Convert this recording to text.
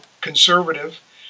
conservative